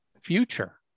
future